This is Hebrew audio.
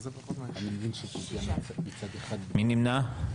מי נמנע?